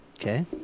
okay